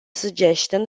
suggestion